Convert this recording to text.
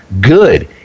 good